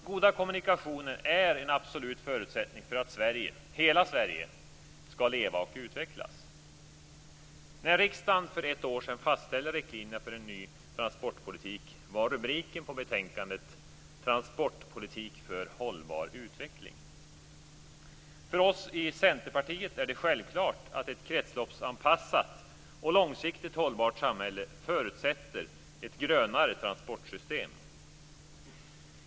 Goda kommunikationer är en absolut förutsättning för att Sverige, hela Sverige, skall leva och utvecklas. När riksdagen för ett år sedan fastställde riktlinjerna för en ny transportpolitik var rubriken Transportpolitik för hållbar utveckling. För oss i Centerpartiet är det självklart att ett kretsloppsanpassat och långsiktigt hållbart samhälle förutsätter ett grönare transportsystem.